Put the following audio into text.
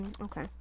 Okay